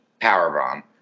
powerbomb